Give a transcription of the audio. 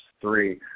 three